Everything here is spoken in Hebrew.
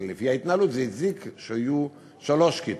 לפי ההתנהלות זה הצדיק שיהיו שלוש כיתות.